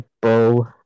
bow